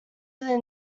within